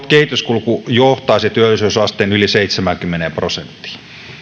kehityskulku johtaisi työllisyysasteen yli seitsemäänkymmeneen prosenttiin